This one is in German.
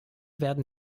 werden